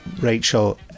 Rachel